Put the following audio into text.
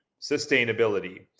sustainability